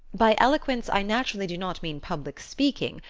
by eloquence i naturally do not mean public speaking,